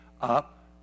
up